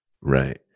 Right